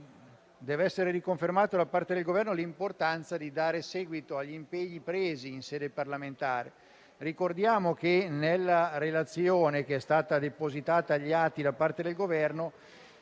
deve essere riconfermata da parte del Governo l'importanza di dare seguito agli impegni presi in sede parlamentare. Ricordiamo che nella relazione che è stata depositata agli atti da parte del Governo